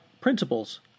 principles